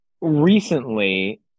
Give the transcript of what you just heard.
recently